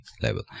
level